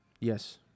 Yes